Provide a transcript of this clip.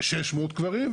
600 קברים,